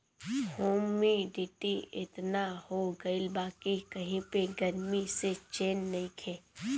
humidity एतना हो गइल बा कि कही पे गरमी से चैन नइखे